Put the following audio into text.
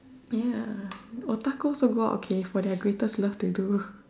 ya otaku also go out okay for their greatest love they do